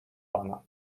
pana